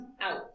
out